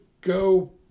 go